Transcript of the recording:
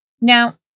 Now